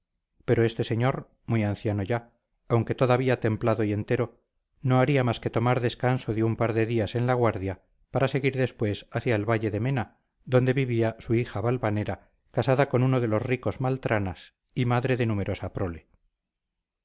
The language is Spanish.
pero este señor muy anciano ya aunque todavía templado y entero no haría más que tornar descanso de un par de días en la guardia para seguir después hacia el valle de mena donde vivía su hija valvanera casada con uno de los ricos maltranas y madre de numerosa prole